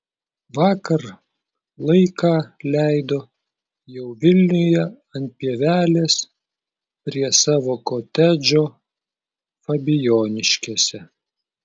vakar laiką leido jau vilniuje ant pievelės prie savo kotedžo fabijoniškėse